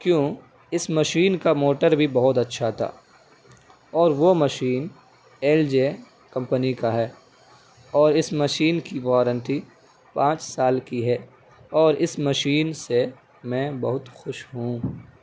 کیوں اس مشین کا موٹر بھی بہت اچھا تھا اور وہ مشین ایل جے کمپنی کا ہے اور اس مشین کی وارنٹی پانچ سال کی ہے اور اس مشین سے میں بہت خوش ہوں